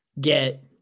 get